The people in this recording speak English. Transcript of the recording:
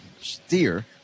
Steer